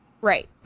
right